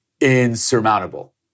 insurmountable